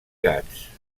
gats